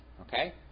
okay